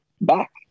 back